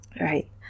Right